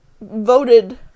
Voted